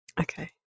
Okay